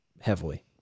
heavily